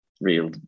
real